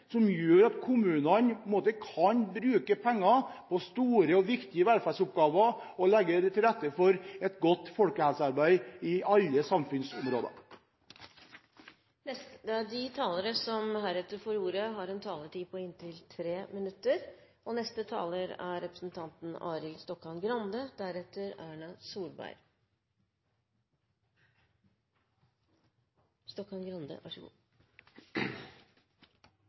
som gjør at kommunene kan bruke penger på store og viktige velferdsoppgaver og legge til rette for et godt folkehelsearbeid på alle samfunnsområder. De talere som heretter får ordet, har en taletid på inntil 3 minutter. Det finnes trolig ikke noe finere og tydeligere uttrykk for hvor vellykket det norske samfunnet er,